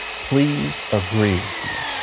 please agree with me.